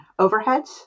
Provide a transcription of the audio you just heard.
overheads